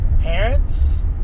parents